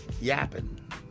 yapping